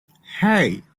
hey